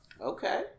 Okay